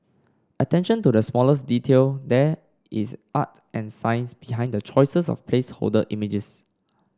attention to the smallest detail there is art and science behind the choices of placeholder images